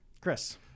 Chris